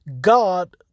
God